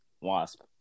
wasp